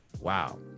Wow